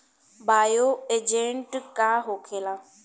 Bio agent का होखेला?